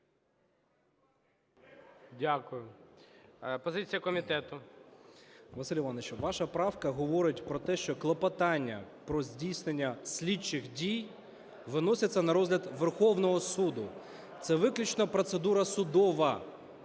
Д.А. Василь Іванович, ваша правка говорить, про те, що клопотання про здійснення слідчих дій виноситься на розгляд Верховного Суду. Це виключно процедура судова,